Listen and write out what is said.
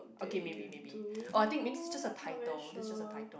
that you do I'm not very sure